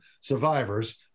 Survivors